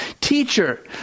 Teacher